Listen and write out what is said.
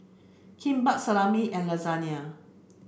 Kimbap Salami and Lasagne